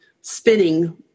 spinning